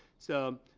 so